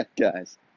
guys